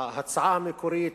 ההצעה המקורית,